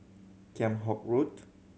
Kheam Hock Road